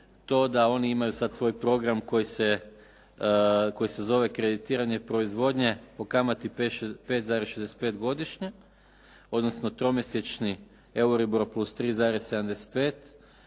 to da oni imaju sad svoj program koji se zove kreditiranje proizvodnje po kamati 5,65 godišnje odnosno tromjesečni euro